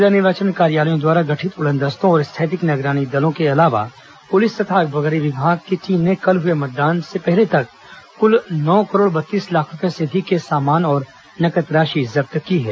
जिला निर्वाचन कार्यालयों द्वारा गठित उड़नदस्तों और स्थैतिक निगरानी दलों के अलावा पुलिस तथा आबकारी विभाग की टीम ने कल हुए मतदान से पहले तक कुल नौ करोड़ बत्तीस लाख रूपए से अधिक के सामान और नगद राशि जब्त की हैं